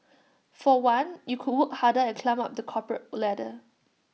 for one you could work harder and climb up the corporate ladder